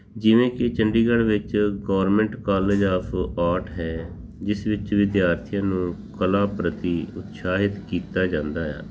ਜਿਵੇਂ ਕਿ ਚੰਡੀਗੜ੍ਹ ਵਿੱਚ ਗੌਰਮੈਂਟ ਕਾਲਜ ਆਫ ਆਰਟ ਹੈ ਜਿਸ ਵਿੱਚ ਵਿਦਿਆਰਥੀਆਂ ਨੂੰ ਕਲਾ ਪ੍ਰਤੀ ਉਤਸ਼ਾਹਿਤ ਕੀਤਾ ਜਾਂਦਾ ਆ